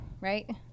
Right